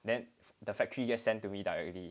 then the factory just send to me directly